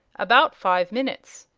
about five minutes.